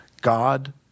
God